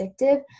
addictive